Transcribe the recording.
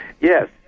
Yes